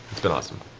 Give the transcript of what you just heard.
it's been awesome.